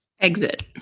Exit